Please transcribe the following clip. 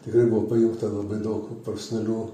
tikrai buvo pajungta labai daug profesionalių